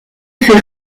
fait